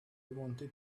wanted